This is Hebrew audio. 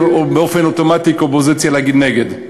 או באופן אוטומטי כאופוזיציה להגיד נגד.